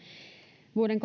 vuoden